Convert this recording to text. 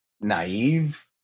naive